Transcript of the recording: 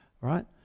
right